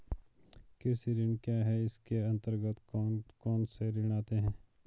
कृषि ऋण क्या है इसके अन्तर्गत कौन कौनसे ऋण आते हैं?